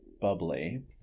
bubbly